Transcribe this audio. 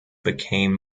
became